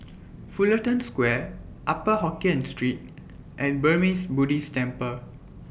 Fullerton Square Upper Hokkien Street and Burmese Buddhist Temple